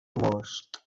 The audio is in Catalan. most